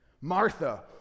martha